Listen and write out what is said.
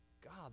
God